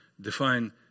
define